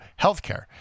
healthcare